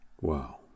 Wow